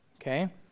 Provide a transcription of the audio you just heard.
okay